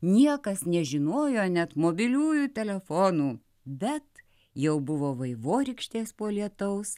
niekas nežinojo net mobiliųjų telefonų bet jau buvo vaivorykštės po lietaus